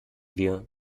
wir